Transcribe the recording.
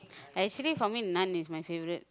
ah actually for me none is my favourite